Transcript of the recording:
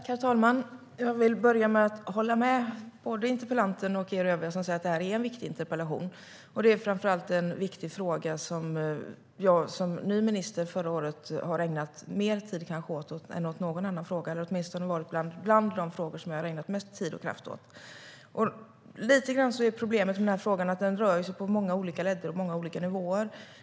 Herr talman! Jag håller med interpellanten och er övriga om att det är en viktig interpellation. Framför allt är det en viktig fråga, en av de frågor som jag som ny minister sedan förra året har ägnat mest tid och kraft åt. En del av problemet med den här frågan är att den rör sig på många olika ledder och nivåer.